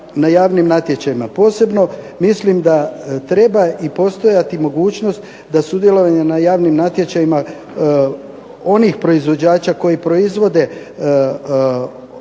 na javnim natječajima. Posebno mislim da treba i postojati mogućnost da sudjelovanje na javnim natječajima onih proizvođača koji proizvode